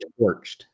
torched